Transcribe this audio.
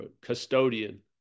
custodian